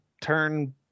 turn